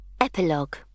Epilogue